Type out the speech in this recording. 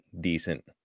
decent